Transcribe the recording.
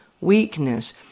weakness